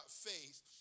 faith